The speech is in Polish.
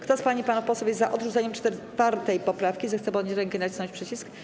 Kto z pań i panów posłów jest za odrzuceniem 4. poprawki, zechce podnieść rękę i nacisnąć przycisk.